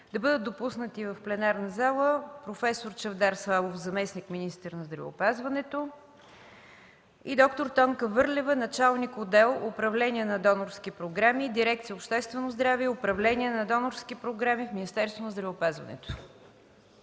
да бъдат допуснати в пленарната зала проф. Чавдар Славов – заместник министър на здравеопазването, и д-р Тонка Върлева – началник отдел „Управление на донорски програми”, дирекция „Обществено здраве и управление на донорски програми” в Министерството на здравеопазването.